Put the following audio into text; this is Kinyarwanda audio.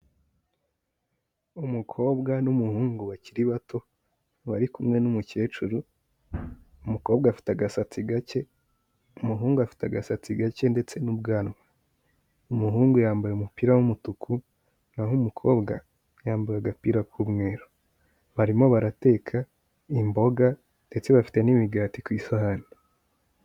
Umukobwa n'umuhungu bakiri bato, bari kumwe n'umukecuru, umukobwa afite agasatsi gake umuhungu afite agasatsi gake ndetse n'ubwanwa, umuhungu yambaye umupira w'umutuku naho umukobwa yambaye agapira k'umweru. Barimo barateka imboga ndetse bafite n'imigati ku isahani.